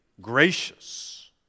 gracious